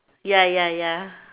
ya ya ya